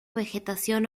vegetación